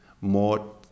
more